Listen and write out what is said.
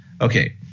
Okay